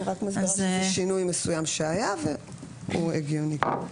אני רק מסבירה שינוי מסוים שהיה והוא הגיוני.